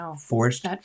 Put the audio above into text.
forced